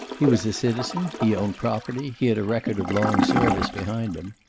he was a citizen, he owned property, he had a record of long service behind him.